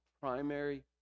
primary